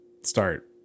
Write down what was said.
start